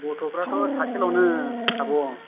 गथ'फ्रा थ' सासेल'नों आब'